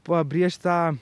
pabrėžti tą